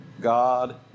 God